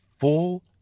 full